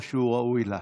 תודה.